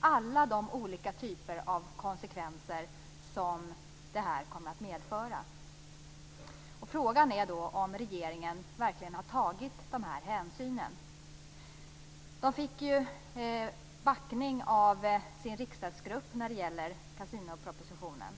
alla olika typer av konsekvenser som det kommer att medföra. Frågan är om regeringen verkligen har tagit dessa hänsyn. Regeringen fick backning av sin riksdagsgrupp när det gäller kasinopropositionen.